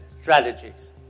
strategies